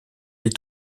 est